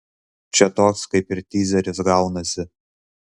čia toks kaip ir tyzeris gaunasi